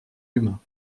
humain